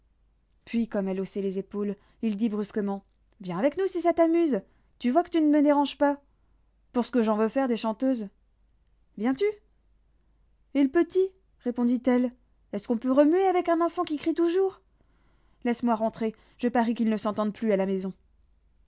puis comme elle haussait les épaules il dit brusquement viens avec nous si ça t'amuse tu vois que tu ne me déranges pas pour ce que j'en veux faire des chanteuses viens-tu et le petit répondit-elle est-ce qu'on peut remuer avec un enfant qui crie toujours laisse-moi rentrer je parie qu'ils ne s'entendent plus à la maison